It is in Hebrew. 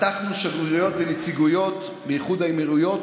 פתחנו שגרירויות ונציגויות באיחוד האמירויות,